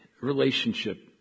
Relationship